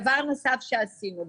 דבר נוסף שעשינו,